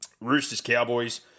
Roosters-Cowboys